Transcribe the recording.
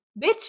Bitch